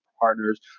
partners